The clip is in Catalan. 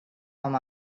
com